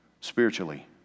spiritually